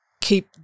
keep